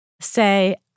say